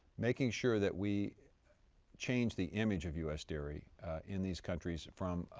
making sure that we change the image of u s. dairy in these countries from